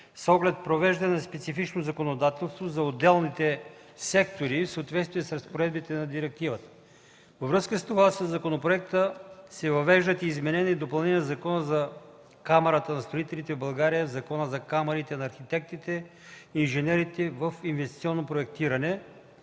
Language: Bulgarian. с оглед привеждане на специфично законодателство за отделните сектори в съответствие с разпоредбите на директивата. Във връзка с това със законопроекта се въвеждат и изменения и допълнения в Закона за Камарата на строителите в България и в Закона за камарите на архитектите и инженерите в инвестиционното проектиране,